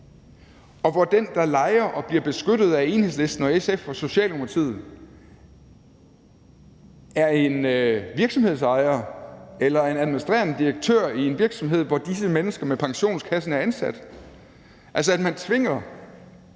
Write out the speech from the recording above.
og hvor den, der lejer og bliver beskyttet af Enhedslisten og SF og Socialdemokratiet, er en virksomhedsejer eller en administrerende direktør i en virksomhed, hvor disse mennesker i pensionskassen er ansat. Man tvinger